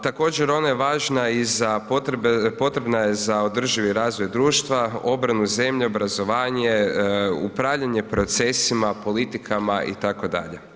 Također ona je važna i za, potrebna je za održivi razvoj društva, obranu, zemlju, obrazovanje, upravljanje procesima, politikama, itd.